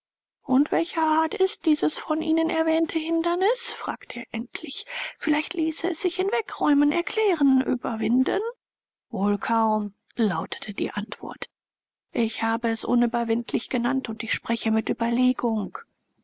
und welcher art ist dieses von ihnen erwähnte hindernis fragte er endlich vielleicht ließe es sich hinwegräumen erklären überwinden wohl kaum lautete die antwort ich habe es unüberwindlich genannt und ich spreche mit überlegung